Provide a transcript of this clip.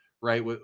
right